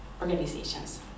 organizations